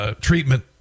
treatment